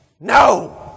No